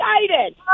excited